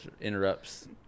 interrupts